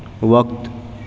وقت